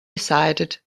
decided